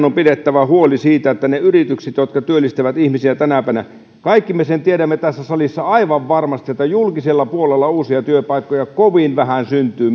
on pidettävä huoli siitä että pärjäävät ne yritykset jotka työllistävät ihmisiä tänäpänä kaikki me sen tiedämme tässä salissa aivan varmasti että julkisella puolella uusia työpaikkoja kovin vähän syntyy